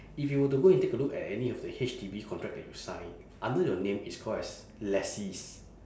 if you were to go and take a look at any of the H_D_B contract that you sign under your name it's called as lessees